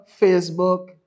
Facebook